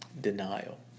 Denial